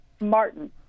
Martin